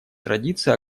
традиции